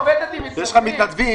יש עמותות שכולם שם מתנדבים.